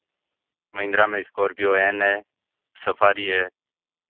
महिंद्रा में Scorpio N है Safari है